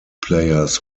players